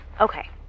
Okay